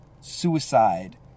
suicide